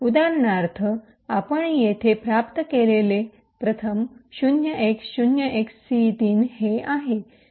उदाहरणार्थ आपण येथे प्राप्त केलेले प्रथम 0x0XC3 हे आहे